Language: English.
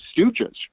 stooges